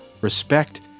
respect